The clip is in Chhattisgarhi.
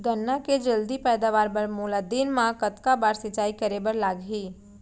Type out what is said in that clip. गन्ना के जलदी पैदावार बर, मोला दिन मा कतका बार सिंचाई करे बर लागही?